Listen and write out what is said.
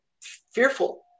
fearful